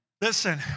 Listen